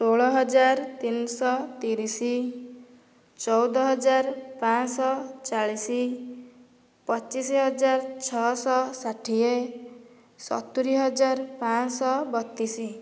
ଷୋହଳ ହଜାର ତିନିଶହ ତିରିଶ ଚଉଦ ହଜାର ପାଞ୍ଚଶହ ଚାଳିଶ ପଚିଶ ହଜାର ଛଅଶହ ଷାଠିଏ ସତୁରି ହଜାର ପାଞ୍ଚଶହ ବତିଶ